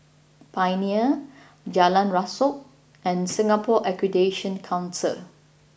Pioneer Jalan Rasok and Singapore Accreditation Council